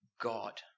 God